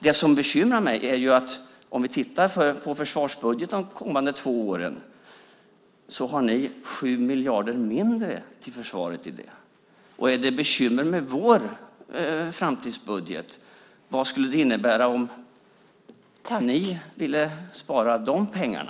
Det som bekymrar mig är att när vi tittar på försvarsbudgeten de kommande två åren ser vi att ni har 7 miljarder mindre till försvaret. Om det finns bekymmer med vår framtidsbudget - vad skulle det då innebära om ni vill spara de pengarna?